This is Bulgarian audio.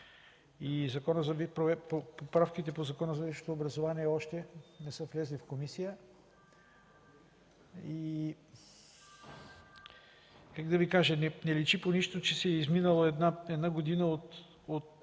Поправките в Закона за висшето образование още не са влезли в комисия. Нека да кажа: не личи по нищо, че е изминала една година от